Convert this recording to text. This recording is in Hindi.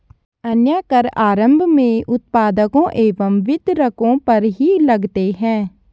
अन्य कर आरम्भ में उत्पादकों एवं वितरकों पर ही लगते हैं